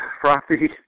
Frothy